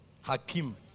Hakim